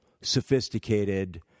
sophisticated